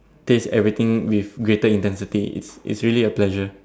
taste everything with greater intensity it's it's really a pleasure